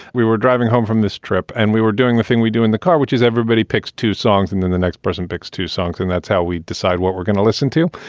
we were driving home from this trip and we were doing the thing we do in the car, which is everybody picks two songs and then the next person picks two songs. and that's how we decide what we're gonna listen to.